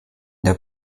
der